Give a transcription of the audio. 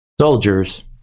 Soldiers